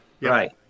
Right